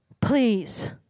Please